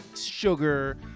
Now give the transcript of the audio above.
sugar